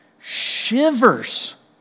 shivers